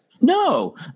No